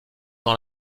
dans